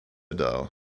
dough